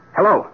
Hello